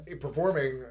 performing